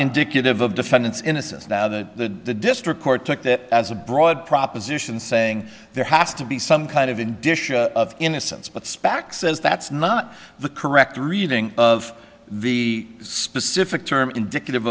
indicative of defendants innocence now the district court took that as a broad proposition saying there has to be some kind of disha of innocence but spac says that's not the correct reading of the specific term indicative